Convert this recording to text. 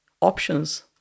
options